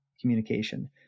communication